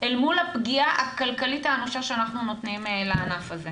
אל מול הפגיעה הכלכלית האנושה שאנחנו נותנים לענף הזה.